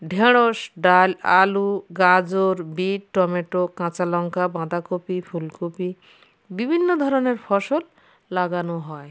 ঢ্যাঁড়শ ডাল আলু গাজর বিট টমেটো কাঁচালঙ্কা বাঁদাকপি ফুলকপি বিভিন্ন ধরনের ফসল লাগানো হয়